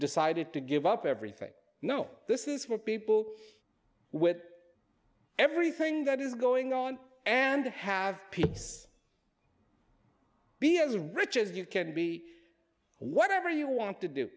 decided to give up everything i know this is for people with everything that is going on and have peace be as rich as you can be whatever you want to do